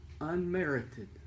unmerited